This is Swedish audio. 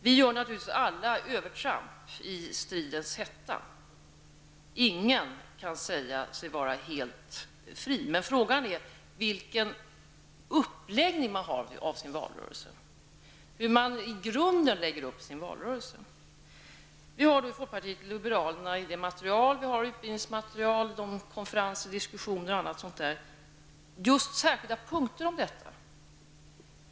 Vi gör naturligtvis alla övertramp i stridens hetta; ingen kan säga sig vara helt fri från fel. Men frågan är hur man i grunden lägger upp sin valrörelse. Vi har i folkpartiet liberalerna i vårt material -- utbildningsmaterial, konferenser, diskussioner osv. -- särskilda punkter om detta.